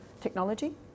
technology